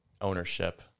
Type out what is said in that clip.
ownership